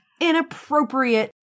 inappropriate